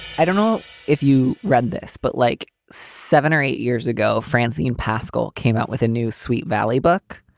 i don't know if you read this, but like seven or eight years ago, francine pascal came out with a new sweet valley book